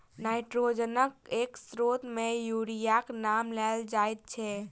नाइट्रोजनक एक स्रोत मे यूरियाक नाम लेल जाइत छै